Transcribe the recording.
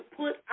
put